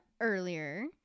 earlier